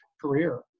career